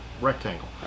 rectangle